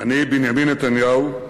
אני, בנימין נתניהו,